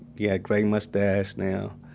yeah gray mustache now.